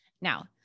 Now